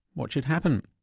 what should happen?